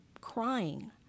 crying